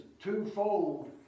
twofold